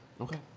Okay